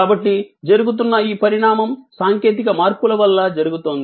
కాబట్టి జరుగుతున్న ఈ పరిణామం సాంకేతిక మార్పుల వల్ల జరుగుతోంది